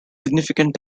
significant